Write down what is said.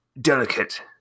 delicate